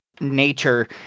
nature